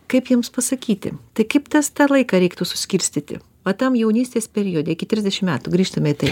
kaip jiems pasakyti tai kaip tas tą laiką reiktų suskirstyti va tam jaunystės periode iki trisdešimt metų grįžtume į tai